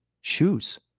Shoes